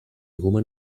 woman